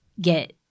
get